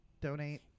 donate